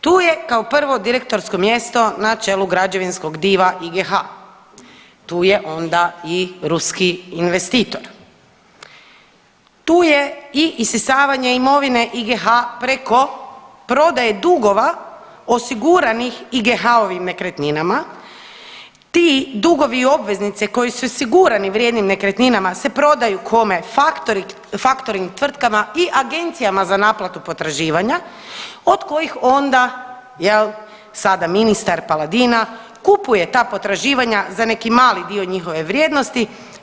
Tu je kao prvo direktorsko mjesto na čelu građevinskog diva IGH, tuje onda i ruski investitor, tu je i isisavanje imovine IGH preko prodaje dugova osiguranih IGH-ovim nekretninama, ti dugovi i obveznice koji su osigurani vrijednim nekretninama se prodaju kome, faktornig tvrtkama i agencijama za naplatu potraživanja od kojih onda jel sada ministar Paladina kupuje ta potraživanja za neki mali dio njihove vrijednosti.